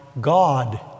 God